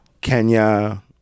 Kenya